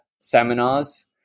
seminars